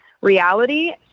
reality